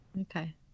Okay